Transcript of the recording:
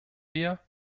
wir